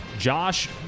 Josh